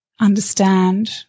understand